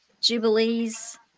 Jubilees